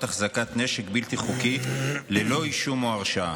החזקת נשק בלתי חוקי ללא אישום או הרשעה.